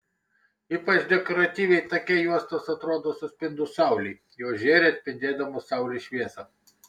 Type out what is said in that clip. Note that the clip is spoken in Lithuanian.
ypač dekoratyviai take juostos atrodo suspindus saulei jos žėri atspindėdamos saulės šviesą